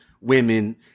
women